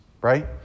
right